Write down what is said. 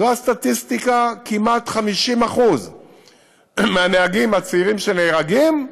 זו הסטטיסטיקה: כמעט 50% מהנהגים הצעירים שנהרגים הם